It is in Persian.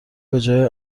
بجای